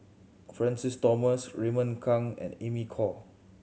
Francis Thomas Raymond Kang and Amy Khor